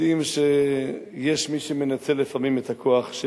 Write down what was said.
יודעים שיש מי שמנצל לפעמים את הכוח של